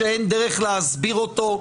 שאין דרך להסביר אותה.